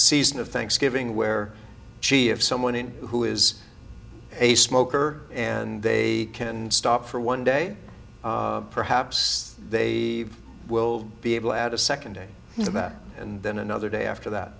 season of thanksgiving where she if someone in who is a smoker and they can stop for one day perhaps they will be able add a second day of that and then another day after that